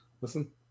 listen